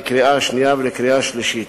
לקריאה שנייה ולקריאה שלישית.